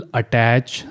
attach